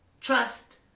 Trust